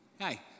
Hi